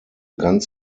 ganz